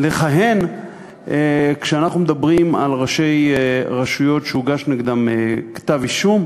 לכהן כשאנחנו מדברים על ראשי רשויות שהוגש נגדם כתב-אישום.